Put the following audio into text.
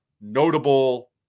notable